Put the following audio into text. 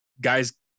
Guys